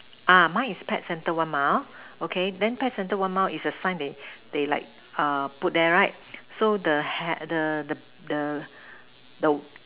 ah mine is pet center one mile okay then pet center one mile is a sign that they they like err put there right so the hand the the the